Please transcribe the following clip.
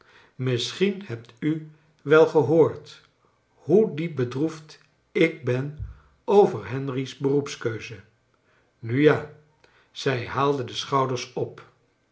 misschien hebt u wel gehoord hoe diep bedroefd ik ben over henry's beroepskeuze nu ja zij haalde de schouders op